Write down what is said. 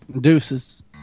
Deuces